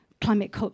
climate